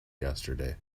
yesterday